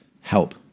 help